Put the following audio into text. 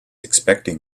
expecting